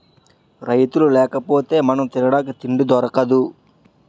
రైతులు లేకపోతె మనం తినడానికి తిండి దొరకదు